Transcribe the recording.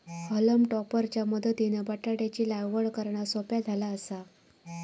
हॉलम topper च्या मदतीनं बटाटयाची लागवड करना सोप्या झाला आसा